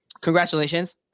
Congratulations